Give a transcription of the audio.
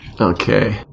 Okay